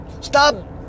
Stop